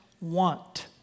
want